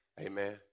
Amen